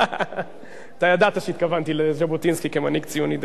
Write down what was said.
ידעת שהתכוונתי לז'בוטינסקי כמנהיג ציוני דגול.